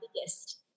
biggest